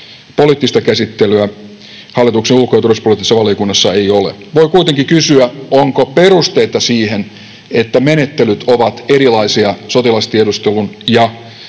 poliittista käsittelyä hallituksen ulko- ja turvallisuuspoliittisessa valiokunnassa ei ole. Voi kuitenkin kysyä, onko perusteita siihen, että menettelyt ovat erilaisia sotilastiedustelun ja